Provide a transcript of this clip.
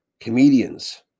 Comedians